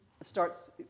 starts